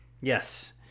Yes